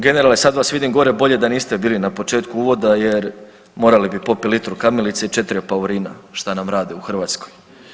Generale, sad vas vidim gore, bolje da niste bili na početku uvoda jer morali bi popit litru kamilice i 4 apaurina šta nam rade u Hrvatskoj.